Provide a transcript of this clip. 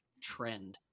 trend